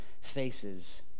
faces